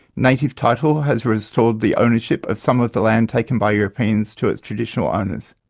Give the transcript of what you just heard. native title has restored the ownership of some of the land taken by europeans to its traditional owners.